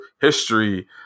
history